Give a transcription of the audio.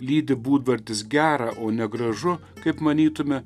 lydi būdvardis gera o ne gražu kaip manytume